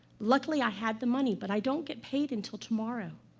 luckily, i had the money, but i don't get paid until tomorrow.